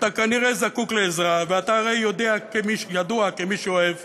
אתה כנראה זקוק לעזרה, ואתה הרי ידוע כמי שאוהב